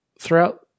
throughout